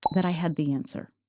that i had the answer.